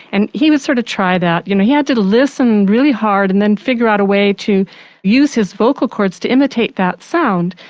and he would sort of try that, you know he had to to listen fairly hard and then figure out a way to use his vocal chords to imitate that sound.